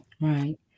Right